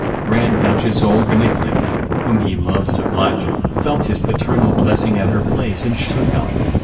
grand duchess olga nicholaevna, whom he loved so much, felt his paternal blessing at her place in stuttgart.